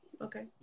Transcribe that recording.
Okay